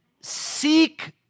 seek